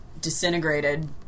disintegrated